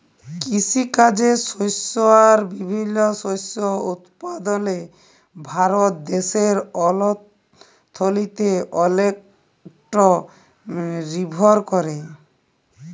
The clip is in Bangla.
কিসিকাজে শস্য আর বিভিল্ল্য শস্য উৎপাদলে ভারত দ্যাশের অথ্থলিতি অলেকট লিরভর ক্যরে